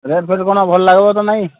rate ଫେଟ୍ କ'ଣ ଭଲ ଲାଗିବ କି ନାହିଁ